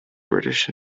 british